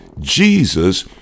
Jesus